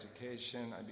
education